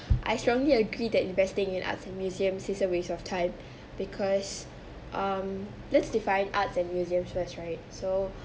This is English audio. I strongly agree that investing in arts and museums is a waste of time because um let's define arts and museums first right so